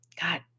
God